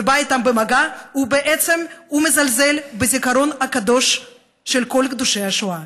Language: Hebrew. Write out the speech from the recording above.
מי שנפגש איתם ובא איתם במגע מזלזל בזיכרון הקדוש של כל קדושי השואה,